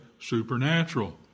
supernatural